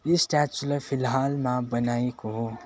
यी स्ट्याचुलाई फिलहालमा बनाइएको हो